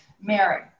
mary